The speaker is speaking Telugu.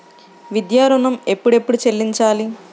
విద్యా ఋణం ఎప్పుడెప్పుడు చెల్లించాలి?